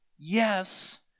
Yes